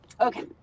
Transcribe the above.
Okay